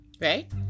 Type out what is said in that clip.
right